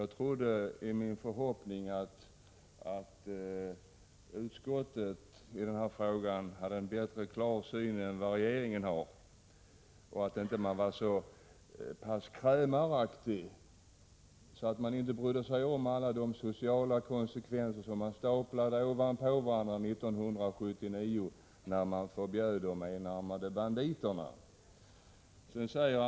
Jag hyste förhoppningen att utskottet hade större klarsyn i den här frågan än regeringen och att man inte var så krämaraktig att man inte brydde sig om de sociala konsekvenser som staplades ovanpå varandra 1979, när de enarmade banditerna förbjöds.